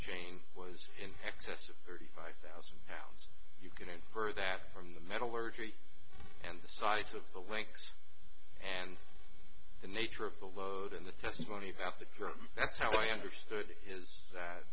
chain was in excess of thirty five thousand pounds you can infer that from the metallurgy and the size of the links and the nature of the load in the testimony about that that's how i understood